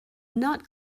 not